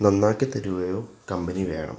നന്നാക്കി തരുകയോ കമ്പനി വേണം